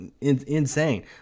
insane